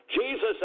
Jesus